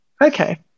Okay